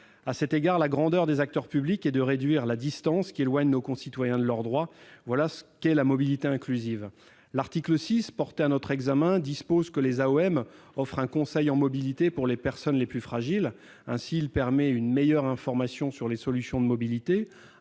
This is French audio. À cet égard, la grandeur des acteurs publics est de réduire la distance qui éloigne nos concitoyens de leurs droits. Voilà ce qu'est la mobilité inclusive. L'article 6 dispose que les autorités organisatrices de la mobilité offrent un conseil en mobilité pour les personnes les plus fragiles. Il permet ainsi une meilleure information sur les solutions de mobilité,